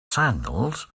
sandals